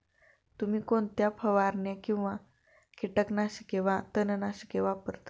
तुम्ही कोणत्या फवारण्या किंवा कीटकनाशके वा तणनाशके वापरता?